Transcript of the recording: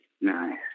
Nice